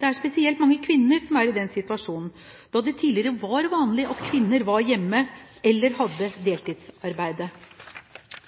Det er spesielt mange kvinner som er i den situasjonen – da det tidligere var vanlig at kvinner var hjemme eller hadde